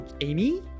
Amy